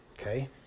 okay